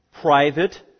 private